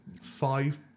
Five